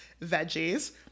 veggies